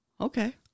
Okay